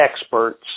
experts